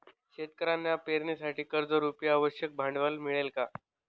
शेतकऱ्यांना पेरणीसाठी कर्जरुपी आवश्यक भांडवल मिळते का?